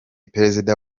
perezida